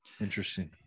Interesting